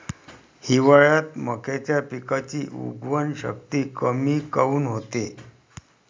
हिवाळ्यात मक्याच्या पिकाची उगवन शक्ती कमी काऊन होते?